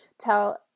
tell